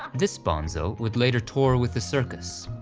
this bonzo would later tour with the circus.